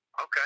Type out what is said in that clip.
Okay